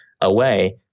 away